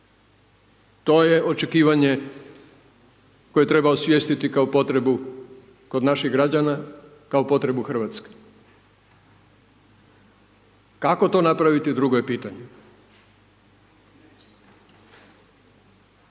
To je očekivanje koje treba osvijestiti kao potrebu kod naših građana, kao potrebu Hrvatske. Kako to napraviti, drugo je pitanje.